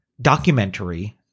documentary